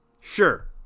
Sure